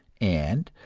and,